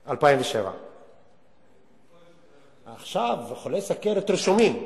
2007. אלה חולי סוכרת רשומים.